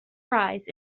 prize